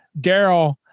Daryl